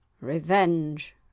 Revenge